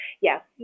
yes